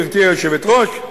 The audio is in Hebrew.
גברתי היושבת-ראש,